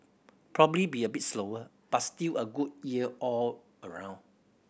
probably be a bit slower but still a good year all around